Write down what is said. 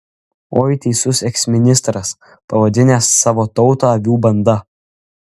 oi teisus eksministras pavadinęs savo tautą avių banda